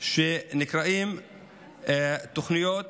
שנקראות "תוכניות